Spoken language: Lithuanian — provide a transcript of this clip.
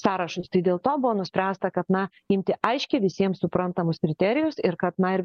sąrašus dėl to buvo nuspręsta kad na imti aiškiai visiem suprantamus kriterijus ir kad na ir